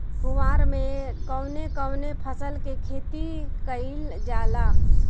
कुवार में कवने कवने फसल के खेती कयिल जाला?